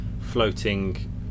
floating